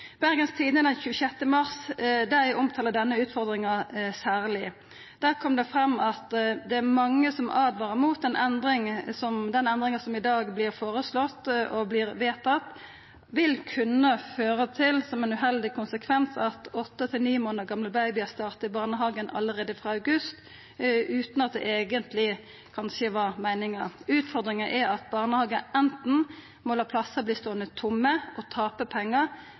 Bergens Tidende omtalar den 26. mars denne utfordringa særleg. Der kom det fram at det er mange som åtvarar mot den endringa som i dag vert foreslått og vedteken. Det vil kunna få den uheldige konsekvensen at åtte–ni månader gamle babyar startar i barnehagen allereie frå august, utan at det eigentleg kanskje var meininga. Utfordringa er at barnehagar enten må la plassar verta ståande tomme og tapa pengar,